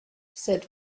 cette